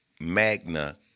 magna